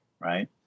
right